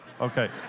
okay